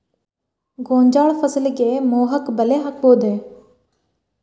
ಗೋಂಜಾಳ ಫಸಲಿಗೆ ಮೋಹಕ ಬಲೆ ಹಾಕಬಹುದೇ?